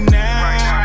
now